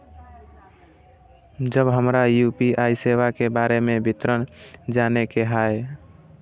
जब हमरा यू.पी.आई सेवा के बारे में विवरण जाने के हाय?